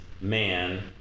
man